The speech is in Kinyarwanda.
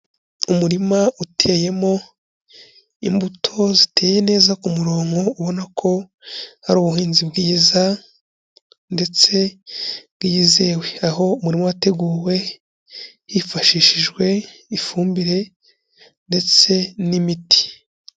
Umurima uteyemo imbuto ziteye neza ku murongo ubona ko ari ubuhinzi bwiza ndetse bwiyizewe. Aho umunwa wateguwe hifashishijwe ifumbire ndetse n'imiti.